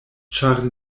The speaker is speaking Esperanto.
ĉar